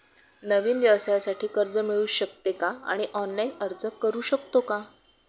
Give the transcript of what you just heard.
नवीन व्यवसायासाठी कर्ज मिळू शकते का आणि ऑनलाइन अर्ज करू शकतो का?